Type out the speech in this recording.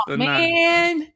man